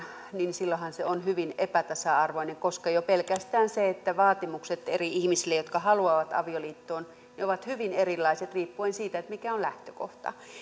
niin silloinhan se on hyvin epätasa arvoinen koska jo pelkästään vaatimukset eri ihmisille jotka haluavat avioliittoon ovat hyvin erilaiset riippuen siitä mikä on lähtökohta